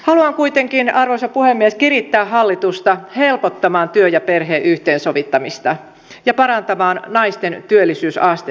haluan kuitenkin arvoisa puhemies kirittää hallitusta helpottamaan työn ja perheen yhteensovittamista ja parantamaan naisten työllisyysastetta